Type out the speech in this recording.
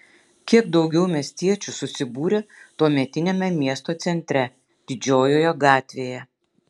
kiek daugiau miestiečių susibūrė tuometiniame miesto centre didžiojoje gatvėje